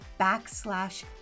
backslash